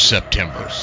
September